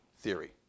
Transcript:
theory